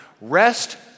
Rest